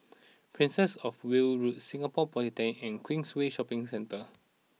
Princess of Wales Road Singapore Polytechnic and Queensway Shopping Centre